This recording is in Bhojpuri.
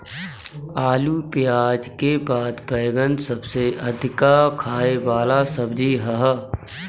आलू पियाज के बाद बैगन सबसे अधिका खाए वाला सब्जी हअ